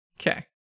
Okay